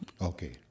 Okay